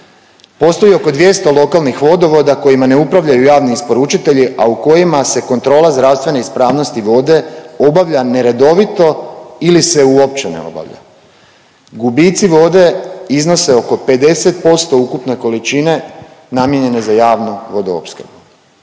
Postoji oko 200 lokalnih vodovoda kojima ne upravljaju javni isporučitelji, a u kojima se kontrola zdravstvene ispravnosti vode obavlja neredovito ili se uopće ne obavlja. Gubici vode iznose oko 50% ukupne količine namijenjene za javnu vodoopskrbu.